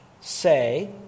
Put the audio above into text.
say